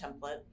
template